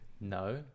no